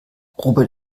robert